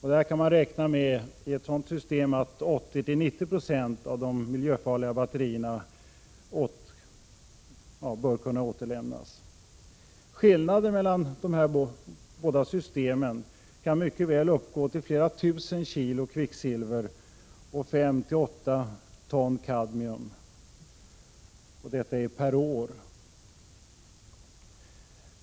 I ett sådant system kan man räkna med att 80-90 76 av de miljöfarliga batterierna återlämnas. Skillnaden mellan de här båda systemen kan mycket väl uppgå till flera tusen kilo kvicksilver och 5-8 ton kadmium per år.